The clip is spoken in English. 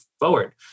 forward